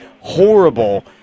horrible